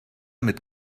mit